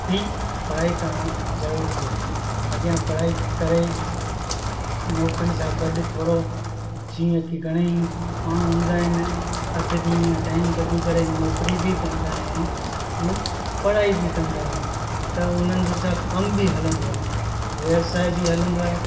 बि पढ़ाई करणु ज़रूरी आहे अॻियां पढ़ाई करे नौकिरी सां गॾु थोरो जीअं कि घणेई माण्हू हूंदा आहिनि अधु ॾींहुं टाइम कढी करे नौकिरी बि कंदा आहिनि ऐं पढ़ाई बि कंदा आहिनि त उन्हनि जो छा कम बि हलंदो आहे व्यवसाय बि हलंदो आहे